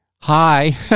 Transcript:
hi